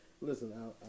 Listen